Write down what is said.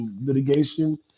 litigation